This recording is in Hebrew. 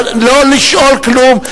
לא לשאול כלום.